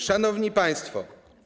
Szanowni Państwo!